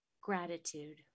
gratitude